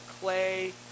clay